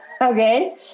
Okay